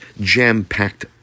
jam-packed